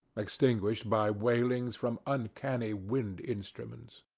extinguished by wailings from uncanny wind instruments,